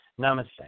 Namaste